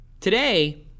Today